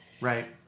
right